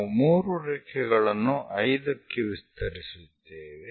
ನಾವು 3 ರೇಖೆಗಳನ್ನು 5 ಕ್ಕೆ ವಿಸ್ತರಿಸುತ್ತೇವೆ